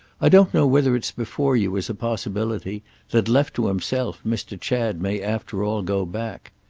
i don't know whether it's before you as a possibility that, left to himself, mr. chad may after all go back.